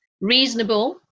reasonable